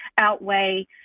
outweigh